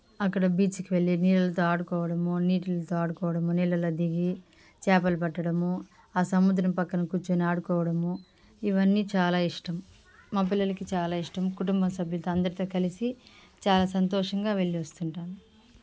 అక్కడ బీచ్కి వెళ్ళి నీళ్ళతో ఆడుకోవడము నీటితో ఆడుకోవడము నీళ్ళలో దిగి చేపలు పట్టడము ఆ సముద్రం పక్కన కూర్చుని ఆడుకోవడము ఇవన్నీ చాలా ఇష్టం మా పిల్లలకు చాలా ఇష్టం కుటుంబ సభ్యులు అందరితో కలిసి చాలా సంతోషంగా వెళ్ళి వస్తుంటాం